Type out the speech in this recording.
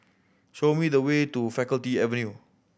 show me the way to Faculty Avenue